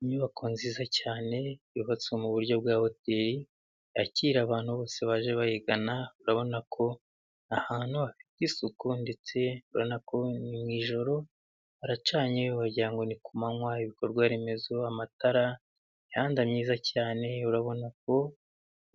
Inyubako nziza cyane yubatswe mu buryo bwa hoteri, yakira abantu bose baje bayigana, urabona ko ahantu hafite isuku ndetse urabona ko ni mu ijoro, haracanye wagira ngo ni kumanywa, ibikorwa remezo, amatara, imihanda myiza cyane, urabona ko